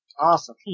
Awesome